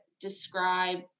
describe